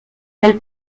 elle